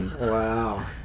Wow